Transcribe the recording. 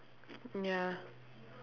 ya